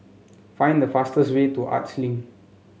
find the fastest way to Arts Link